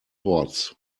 ports